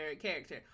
character